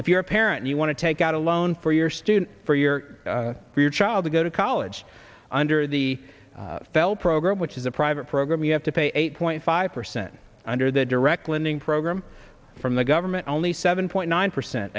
if you're a parent you want to take out a loan for your student for your child to go to college under the belt program which is a private program you have to pay eight point five percent under the direct lending program from the government only seven point nine percent